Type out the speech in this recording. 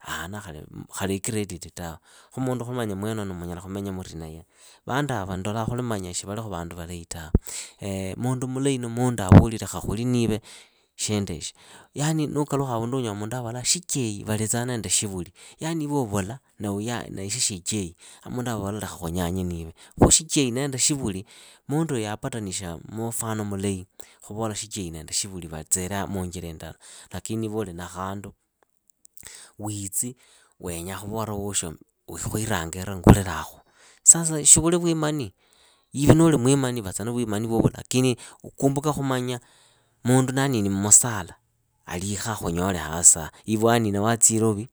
Ahana khali ikrediti tawe. khu mundu khuli mwenoyo munyala khumenya muri naye. Vanduava ndola khuli ni vandu valahi tawe, mundu mulahi ni mundu avoli lekha khuli niiwe shinduishi, yani nuukalukha havundu unyola mundu avolaa shichehi valitsaa nende shivuri. Yani iwe uvula na ishi shiichehi a mundu avola lekha khunyanye niiwe. Shichehi nende shivuli. munduuyu yapatanishaa mufano mulahi khuvola shichehi nende shivuli vatsirs muunjira indala. Lakini iwe uli na khandu, witsi wenyaa khuvora woosho khuirangira ngulilakhu, sasa shi vuli vwimani? Iwe nuli mwimani vatsa na vwimani vwovwo lakini ukumbuke khumanya mundu naanini musala alikha akhunyole hasiaha. Iwe wanina watsia ilovi,